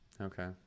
Okay